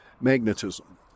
magnetism